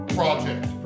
project